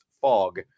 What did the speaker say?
fog